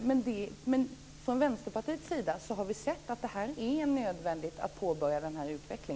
Men vi från Vänsterpartiet anser att det är nödvändigt att påbörja denna utveckling.